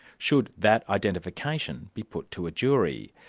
should that identification be put to a jury?